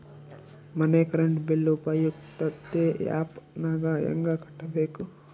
ಮನೆ current bill ಉಪಯುಕ್ತತೆ app ನಾಗ ಹೆಂಗ ಕಟ್ಟಬೇಕು?